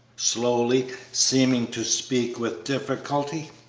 slowly, seeming to speak with difficulty.